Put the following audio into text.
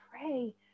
pray